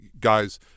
guys